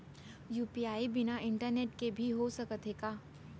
UPI बिना internet के भी हो सकत हे का?